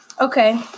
Okay